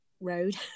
road